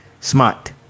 smart